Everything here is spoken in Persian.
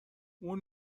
اون